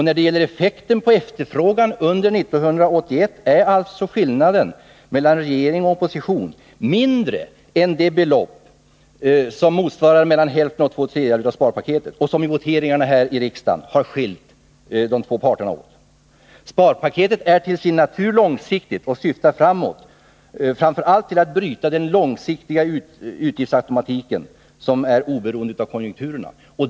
När det gäller effekten på efterfrågan under 1981 är alltså skillnaden mellan regeringens och oppositionens förslag mindre än det belopp som motsvarar mellan hälften och två tredjedelar av sparpaketet och som vid voteringarna här i riksdagen har skilt de två parterna åt. Sparpaketet är till sin natur långsiktigt och syftar framåt framför allt till att bryta den långsiktiga utgiftsautomatiken som är oberoende av konjunkturerna.